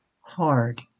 hard